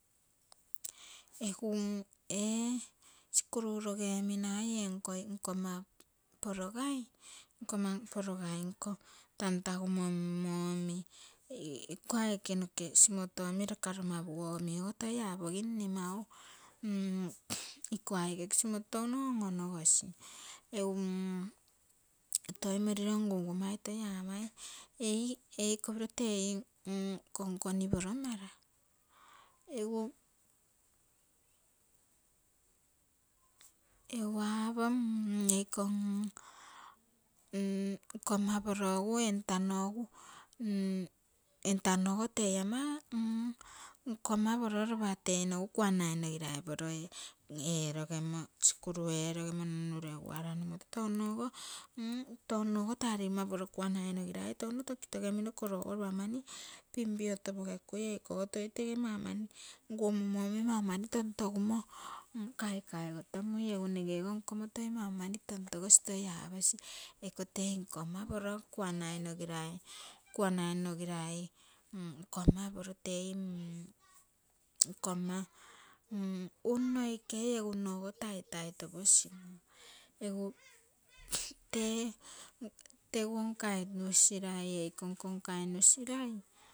Ogu ee sikuru rose omi nagai enko nko mma porogai. nkomma nko porogai tan tagu mommo omi iko aike noke simoto omi lakaromagu ogo omi toi apogim mne mau iko aike simoto touno on-onogosi esu toi moriro ngungu mai toi aamai eii eikopiro tei komkoni poro mara. egu aapoo iko nkumma poro entano egu, entano tei ama nkomma poro egu lopa tei nogu kuanainogirai poro ee rogemo, sikuru eerogemo nun-nure guara tounogo, tounogo taa ligomma poro kuanaino girai touno toki togemino, kologo lopa mani pinpio topoge kui eikogo toi tege mau mani, ungi mumo go toi mau mani tontoguimo kaikai go tomui, egu nigeo go nkomo toi mau mani tontogosi toi aposi eko eii nkomma poro kuanainogirai. kuanainogirai nkomma poro tei nkomma un-nokei egu nnogo taitai toposina egu tee, teguo nkainusirai eiko nkonko nkainusiraii